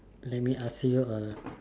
let me ask you a